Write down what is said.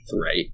right